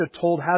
told